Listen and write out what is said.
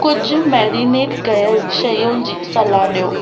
कुझु मैरिनेट कयल शयुनि जी सलाह ॾियो